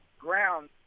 ground